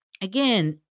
again